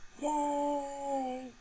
Yay